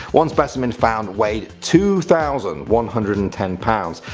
one specimin found weighed two thousand one hundred and ten pounds.